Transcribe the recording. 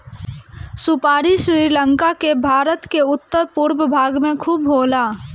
सुपारी श्रीलंका अउरी भारत के उत्तर पूरब भाग में खूब होला